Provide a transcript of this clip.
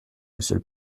monsieur